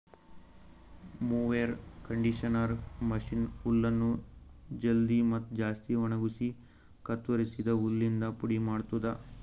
mower conditioner machine ಹುಲ್ಲನ್ನು ಜಲ್ದಿ ಮತ್ತ ಜಾಸ್ತಿ ಒಣಗುಸಿ ಕತ್ತುರಸಿದ ಹುಲ್ಲಿಂದ ಪುಡಿ ಮಾಡ್ತುದ